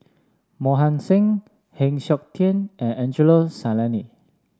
Mohan Singh Heng Siok Tian and Angelo Sanelli